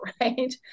right